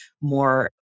more